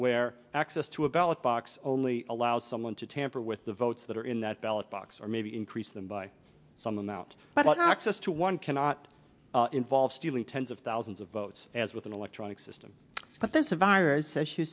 where access to a ballot box only allows someone to tamper with the votes that are in that ballot box or maybe increase them by some amount but what access to one cannot involve stealing tens of thousands of votes as with an electronic system but this virus as you